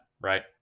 right